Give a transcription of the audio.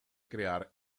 crear